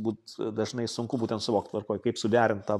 būt dažnai sunku būtent suvokt tvarkoj kaip suderint tą